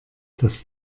das